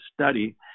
study